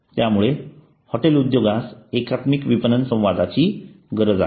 त्यामुळे हॉटेल उद्योगास एकात्मिक विपणन संवादाची गरज आहे